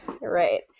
Right